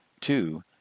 Two